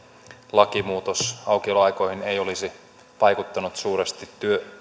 lakimuutos aukioloaikoihin ei olisi vaikuttanut suuresti